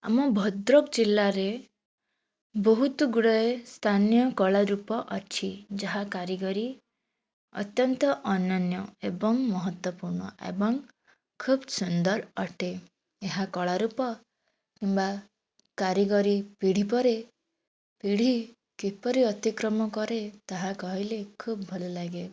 ଆମ ଭଦ୍ରକ ଜିଲ୍ଲାରେ ବହୁତ ଗୁଡ଼ାଏ ସ୍ଥାନୀୟ କଳାରୂପ ଅଛି ଯାହା କାରିଗରୀ ଅତ୍ୟନ୍ତ ଅନନ୍ୟ ଏବଂ ମହତ୍ୱପୂର୍ଣ୍ଣ ଏବଂ ଖୁବ ସୁନ୍ଦର ଅଟେ ଏହା କଳାରୂପ କିମ୍ବା କାରିଗରୀ ପିଢ଼ି ପରେ ପିଢ଼ି କିପରି ଅତିକ୍ରମ କରେ ତାହା କହିଲେ ଖୁବ ଭଲଲାଗେ